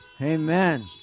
Amen